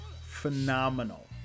phenomenal